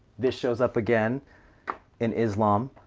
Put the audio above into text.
this shows up again in islam,